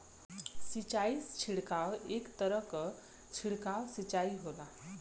सिंचाई छिड़काव एक तरह क छिड़काव सिंचाई होला